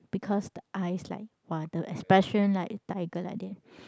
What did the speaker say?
because the eyes like !wah! the expression like tiger like that